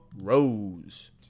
Rose